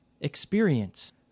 experience